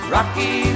Rocky